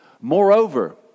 Moreover